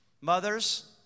Mothers